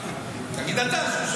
תגיד אתה, אני